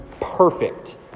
perfect